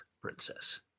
Princess